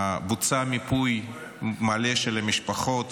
בוצע מיפוי מלא של המשפחות,